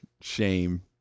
shame